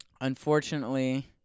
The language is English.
unfortunately